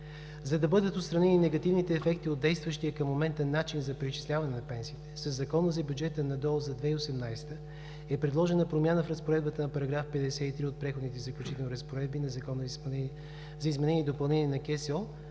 За да бъдат отстранени негативните ефекти от действащия към момента начин за преизчисляване на пенсиите, със Закона за бюджета на ДОО за 2018 г. е предложена промяна в разпоредбата на § 53 от Преходните и заключителни разпоредби на Закона за изменение и допълнение на КСО,